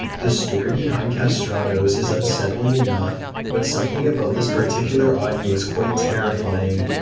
the story behind castratos is unsettling enough, but something about this particular audio is quite terrifying.